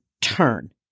turn